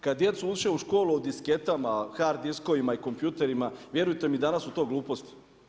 Kad djecu uče u školi o disketama, hard diskovima i kompjuterima, vjerujte mi, danas su to gluposti.